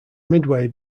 midway